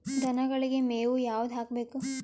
ದನಗಳಿಗೆ ಮೇವು ಯಾವುದು ಹಾಕ್ಬೇಕು?